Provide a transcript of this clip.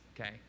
okay